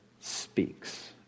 speaks